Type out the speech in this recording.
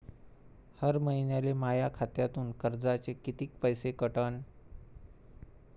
हर महिन्याले माह्या खात्यातून कर्जाचे कितीक पैसे कटन?